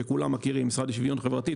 שכולם מכירים המשרד לשוויון חברתי,